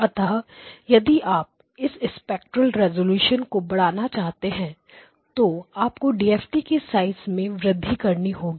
अतः यदि आप इस स्पेक्ट्रेल रिवॉल्यूशन को बढ़ाना चाहते हैं तो आपको डीएफटी के साइज में वृद्धि करनी होगी